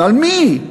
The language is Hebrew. על מי?